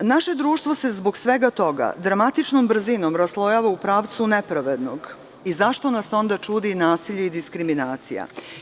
Naše društvo se zbog svega toga dramatičnom brzinom raslojava u pravcu nepravednog i zašto nas onda čudi nasilje i diskriminacija?